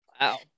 Wow